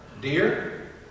dear